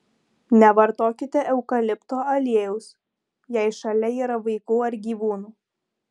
nevartokite eukalipto aliejaus jei šalia yra vaikų ar gyvūnų